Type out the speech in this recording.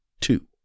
two